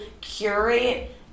curate